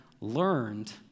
learned